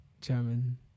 German